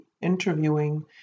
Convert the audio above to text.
interviewing